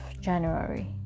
January